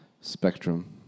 spectrum